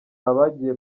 abagiye